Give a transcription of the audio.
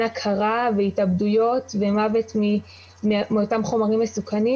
הכרה והתאבדויות ומוות מאותם חומרים מסוכנים.